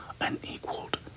unequaled